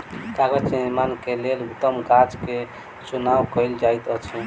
कागज़ निर्माण के लेल उत्तम गाछ के चुनाव कयल जाइत अछि